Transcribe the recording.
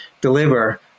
deliver